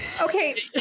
Okay